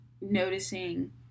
noticing